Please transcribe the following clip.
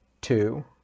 two